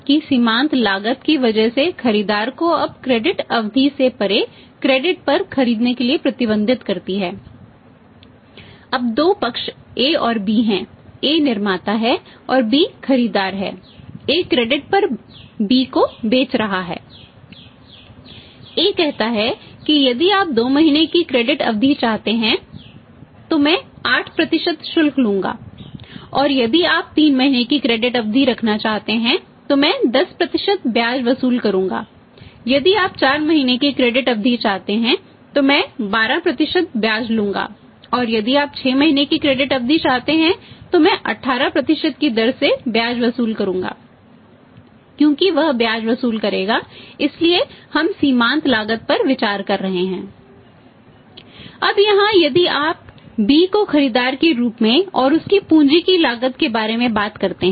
A कहता है कि यदि आप 2 महीने की क्रेडिट अवधि चाहते हैं तब मैं 18 की दर से ब्याज वसूल करूंगा क्योंकि वह ब्याज वसूल करेगा इसलिए हम सीमांत लागत पर विचार कर रहे हैं अब यहाँ यदि आप B को खरीदार के रूप में और उसकी पूंजी की लागत के बारे में बात करते हैं